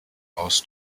aus